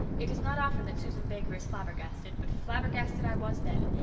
it is not often that susan baker is flabbergasted, but flabbergasted i was then,